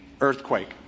earthquake